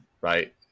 right